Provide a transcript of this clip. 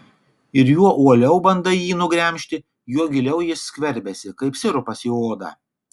ir juo uoliau bandai jį nugremžti juo giliau jis skverbiasi kaip sirupas į odą